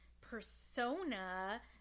persona